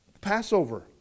passover